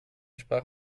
sprach